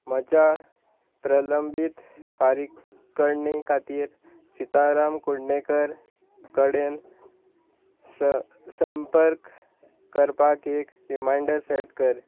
म्हज्या प्रलंबीत फारीकणी खातीर सिताराम कुडणेकर कडेन स संपर्क करपाक एक रिमांयडर सेट कर